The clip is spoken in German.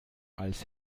als